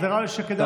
אז נראה לי שכדאי,